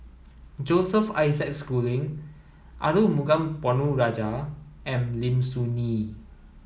Joseph Isaac Schooling Arumugam Ponnu Rajah and Lim Soo Ngee